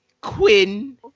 Quinn